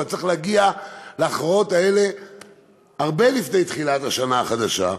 אבל צריך להגיע להכרעות האלה הרבה לפני תחילת השנה החדשה.